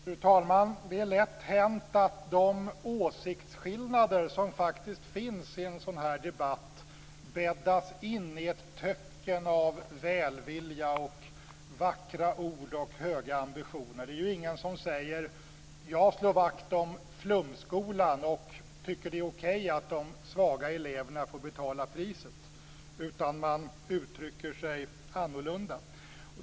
Fru talman! Det är lätt hänt att de åsiktsskillnader som faktiskt finns i en sådan här debatt bäddas in i ett töcken av välvilja, vackra ord och höga ambitioner. Det är ju ingen som säger att man slår vakt om flumskolan och tycker att det är okej att de svaga eleverna får betala priset, utan man uttrycker sig annorlunda.